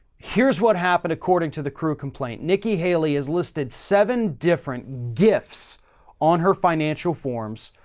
here's what happened according to the crew complaint. nikki haley has listed seven different gifts on her financial forms,